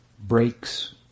breaks